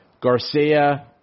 Garcia